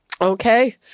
Okay